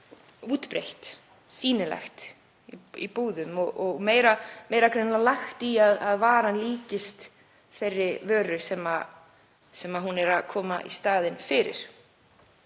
útbreitt, sýnilegt í búðum og meira, greinilega lagt í að varan líkist þeirri vöru sem hún er að koma í staðinn fyrir.